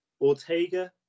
Ortega